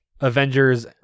Avengers